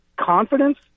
confidence